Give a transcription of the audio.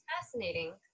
fascinating